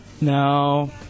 No